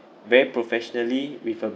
very professionally with a